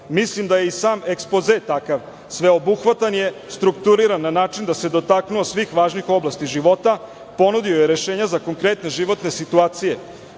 Vladu. Mislim da je i sam ekspoze takav. Sveobuhvatan je, strukturiran na način da se dotaknuo svih važnih oblasti života. Ponudio je rešenja za konkretne životne situacije.